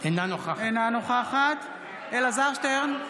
אינה נוכחת אלעזר שטרן,